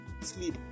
sleep